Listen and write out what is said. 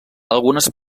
algunes